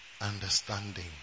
understanding